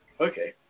Okay